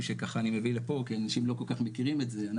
שככה אני מביא לפה כי אנשים לא כל כך מכירים את זה,